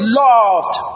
loved